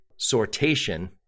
sortation